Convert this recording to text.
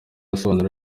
asobanura